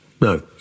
no